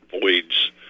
voids